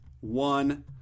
One